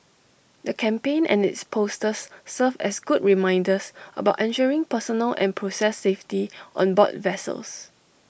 the campaign and its posters serve as good reminders about ensuring personal and process safety on board vessels